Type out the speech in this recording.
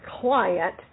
client